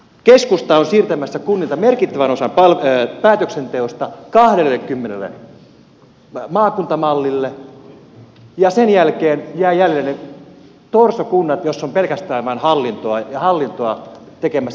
keskusta on siirtämässä kunnilta merkittävän osan päätöksenteosta maakuntamallille ja sen jälkeen jäävät jäljelle torsokunnat joissa on pelkästään vain hallintoa ja hallintoa tekemässä päätöksiä